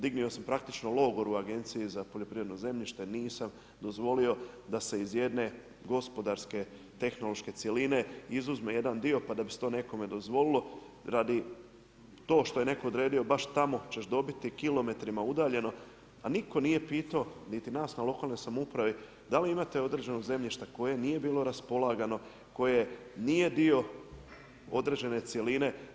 Dignuo sam praktički logor u Agenciji za poljoprivredno zemljište, nisam dozvolio da se iz jedne gospodarske tehnološke cjeline izuzme jedan dio pa da bi se to nekome dozvolilo radi tog što je netko odredio baš tamo ćeš dobiti kilometrima udaljeno, a nitko nije pitao niti nas na lokalnoj samoupravi da li imate određeno zemljište koje nije bilo raspolagano, koje nije dio određene cjeline.